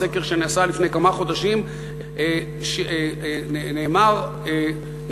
בסקר שנעשה לפני כמה חודשים נאמר כך,